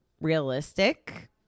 realistic